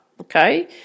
okay